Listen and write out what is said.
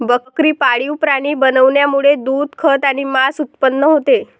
बकरी पाळीव प्राणी बनवण्यामुळे दूध, खत आणि मांस उत्पन्न होते